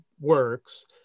works